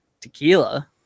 tequila